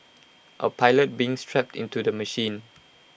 A pilot being strapped into the machine